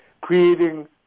creating